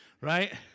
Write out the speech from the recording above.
Right